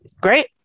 great